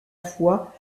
foi